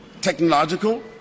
technological